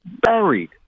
buried